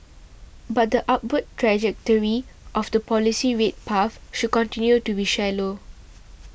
but the upward trajectory of the policy rate path should continue to be shallow